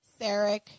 Sarek